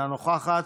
אינה נוכחת,